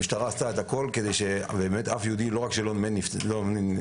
המשטרה עשתה הכל כדי שאף יהודי לא ייפגע וזה